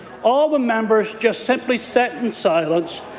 all the members just simply sit in silence.